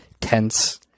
tense